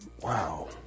wow